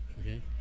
okay